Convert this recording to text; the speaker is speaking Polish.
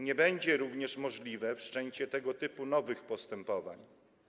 Nie będzie również możliwe wszczęcie tego typu nowych postępowań.